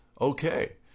okay